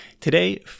Today